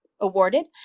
awarded